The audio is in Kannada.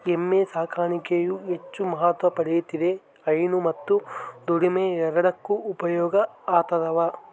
ಎಮ್ಮೆ ಸಾಕಾಣಿಕೆಯು ಹೆಚ್ಚು ಮಹತ್ವ ಪಡೆಯುತ್ತಿದೆ ಹೈನು ಮತ್ತು ದುಡಿಮೆ ಎರಡಕ್ಕೂ ಉಪಯೋಗ ಆತದವ